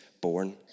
born